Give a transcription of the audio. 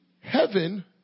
heaven